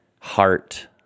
heart